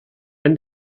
and